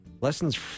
Lessons